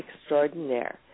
extraordinaire